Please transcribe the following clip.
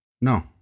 No